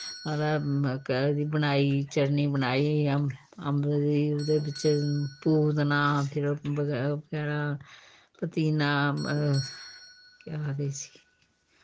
र म एह्दी बनाई चटनी बनाई अम्ब अम्बे दी उ'दे बिच्च पूतना फिर बगैरा पुदिना केह् आखदे इस्सी